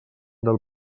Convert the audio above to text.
del